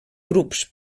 grups